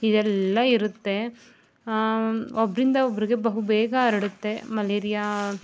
ಇದೆಲ್ಲ ಇರುತ್ತೆ ಒಬ್ಬರಿಂದ ಒಬ್ಬರಿಗೆ ಬಹುಬೇಗ ಹರಡುತ್ತೆ ಮಲೇರಿಯಾ